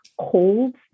colds